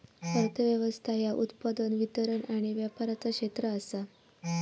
अर्थ व्यवस्था ह्या उत्पादन, वितरण आणि व्यापाराचा क्षेत्र आसा